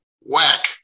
Whack